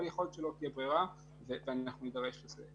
אבל יכול להיות שלא תהיה ברירה ואנחנו נידרש לזה.